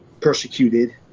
persecuted